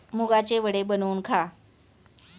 मुगाचे वडे बनवून खा